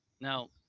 Now